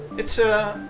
it's ah,